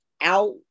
out